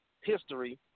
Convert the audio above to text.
history